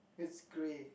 it's grey